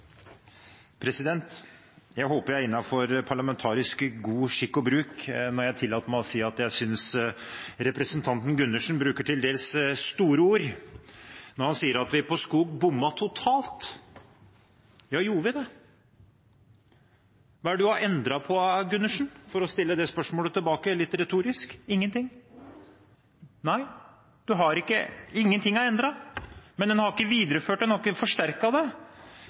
Jeg håper jeg er innenfor parlamentarisk god skikk og bruk når jeg tillater meg å si at jeg synes representanten Gundersen bruker til dels store ord når han sier at vi på skog bommet totalt. Ja, gjorde vi det? Hva er det Gundersen har endret på – for å stille det spørsmålet tilbake, litt retorisk? Ingenting. Nei, ingenting er endret. Men man har ikke videreført, man har ikke forsterket det. Når man snakker om FoU, ja SKOG22, omsett det